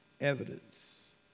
evidence